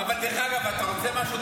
אתה, דרך אגב, אתה רוצה משהו?